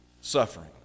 suffering